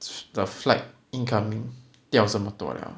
the flight incoming 掉这么多了啊